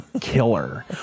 Killer